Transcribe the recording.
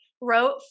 wrote